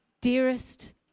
dearest